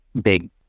big